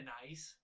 nice